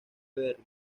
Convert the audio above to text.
berry